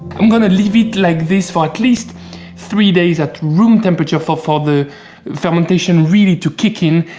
i'm gonna leave it like this for at least three days at room temperature. for, for the fermentation really to kick in.